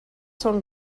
són